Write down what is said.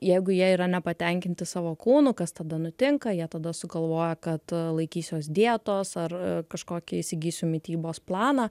jeigu jie yra nepatenkinti savo kūnu kas tada nutinka jie tada sugalvoja kad laikysiuos dietos ar kažkokį įsigysiu mitybos planą